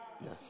Yes